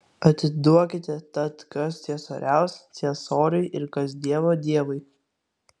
atiduokite tad kas ciesoriaus ciesoriui ir kas dievo dievui